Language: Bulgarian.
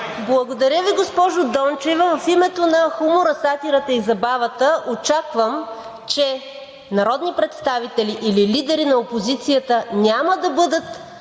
Благодаря Ви, госпожо Дончева. В името на хумора, сатирата и забавата очаквам, че народни представители или лидери на опозицията няма да бъдат